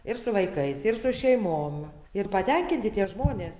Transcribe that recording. ir su vaikais ir su šeimom ir patenkinti tie žmonės